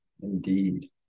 Indeed